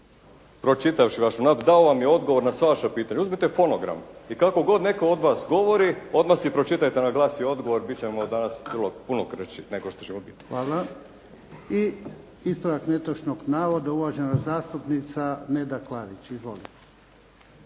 Hvala. Imamo ispravak netočnog navoda, uvaženi zastupnik Ivan Bagarić. Izvolite.